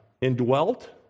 indwelt